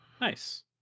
nice